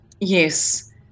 yes